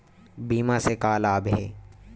बीमा से का लाभ हे?